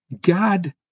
God